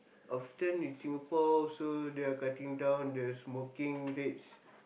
often in Singapore also they are cutting down the smoking rates